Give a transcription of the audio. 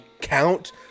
count